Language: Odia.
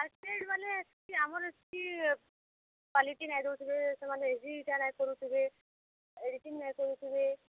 ଆମର ଏଠି କ୍ୱାଲିଟି ନାଇଁ ଦେଉଥିବେ ସେମାନେ ଏଇଟା ନାଇଁ କରୁଥିବେ ଏଡ଼ିଟିଙ୍ଗ୍ ନାଇଁ କରୁଥିବେ